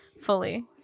fully